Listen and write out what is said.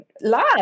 live